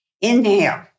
Inhale